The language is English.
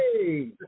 Hey